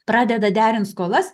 pradeda derint skolas